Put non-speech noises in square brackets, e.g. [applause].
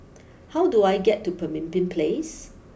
[noise] how do I get to Pemimpin place